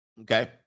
Okay